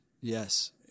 yes